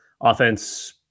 Offense